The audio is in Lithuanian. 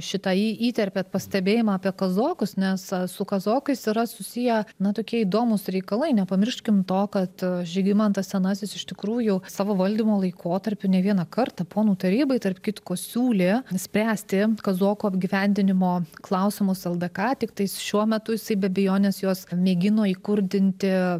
šitą į įterpėt pastebėjimą apie kazokus nes su kazokais yra susiję na tokie įdomūs reikalai nepamirškim to kad žygimantas senasis iš tikrųjų savo valdymo laikotarpiu ne vieną kartą ponų tarybai tarp kitko siūlė spręsti kazokų apgyvendinimo klausimus ldk tiktais šiuo metu jisai be abejonės juos mėgino įkurdinti